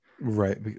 Right